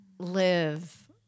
live